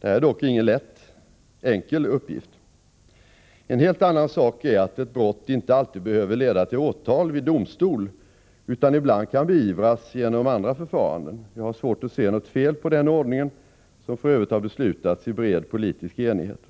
Detta är dock inte någon enkel uppgift. En helt annan sak är att ett brott inte alltid behöver leda till åtal vid domstol utan ibland kan beivras genom andra förfaranden. Jag har svårt att se något fel på den ordningen, som för övrigt har beslutats i bred politisk enighet.